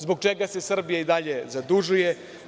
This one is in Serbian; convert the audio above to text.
Zbog čega se Srbija i dalje zadužuje?